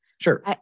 Sure